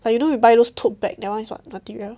like you know you buy those tote bag that [one] is what material